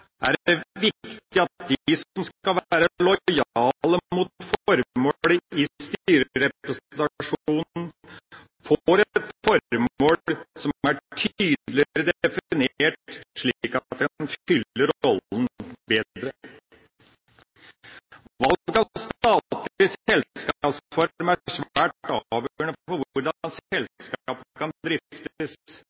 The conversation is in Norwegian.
er det viktig at de som skal være lojale mot formålet i styrerepresentasjonen, får et formål som er tydeligere definert slik at en fyller rollen bedre. Valg av statlig selskapsform er svært avgjørende for hvordan et selskap kan driftes.